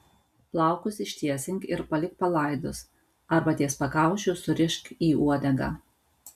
plaukus ištiesink ir palik palaidus arba ties pakaušiu surišk į uodegą